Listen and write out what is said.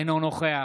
אינו נוכח